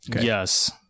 Yes